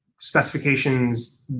specifications